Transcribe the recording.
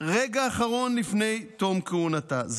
ברגע האחרון לפני תום כהונתה.